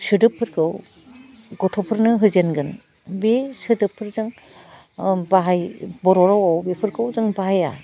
सोदोबफोरखौ गथ'फोरनो होजेनगोन बे सोदोबफोरजों उम बाहाय बर' रावाव बेफोरखौ जों बाहाया